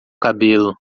cabelo